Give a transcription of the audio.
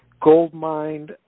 goldmine